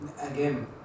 Again